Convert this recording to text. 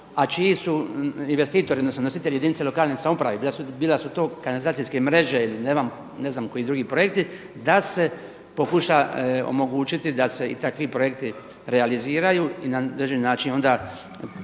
a čiji su investitori, odnosno nositelji jedinica lokalne samouprave, bila su to kanalizacijske mreže ili ne znam koji drugi projekti da se pokuša omogućiti da se i takvi projekti realiziraju i na određeni način onda